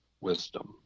wisdom